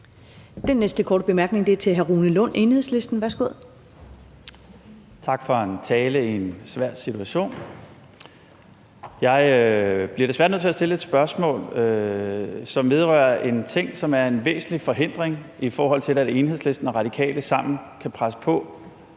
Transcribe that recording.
Den næste korte bemærkning er til hr. Rune Lund, Enhedslisten. Værsgo. Kl. 13:20 Rune Lund (EL): Tak for en tale i en svær situation. Jeg bliver desværre nødt til at stille et spørgsmål, som vedrører en ting, som er en væsentlig forhindring, i forhold til hvordan Enhedslisten og Radikale sammen kan presse på